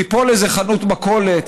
תיפול איזו חנות מכולת,